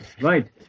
Right